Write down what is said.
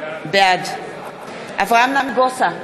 בעד אברהם נגוסה,